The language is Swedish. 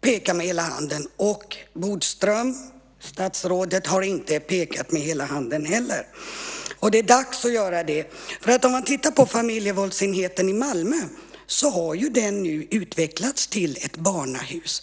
peka med hela handen, och statsrådet Bodström har inte pekat med hela handen heller. Och det är dags att göra det. Man kan titta på familjevåldsenheten i Malmö. Den har nu utvecklats till ett barnahus.